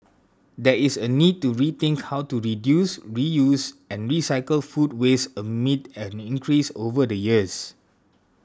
there is a need to rethink how to reduce reuse and recycle food waste amid an increase over the years